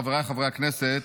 חבריי חברי הכנסת,